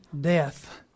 death